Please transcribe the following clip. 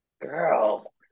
Girl